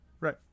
right